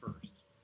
first